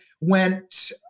went